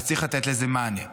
אז צריך לתת לזה מענה.